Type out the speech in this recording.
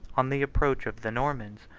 on the approach of the normans,